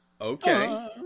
Okay